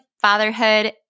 fatherhood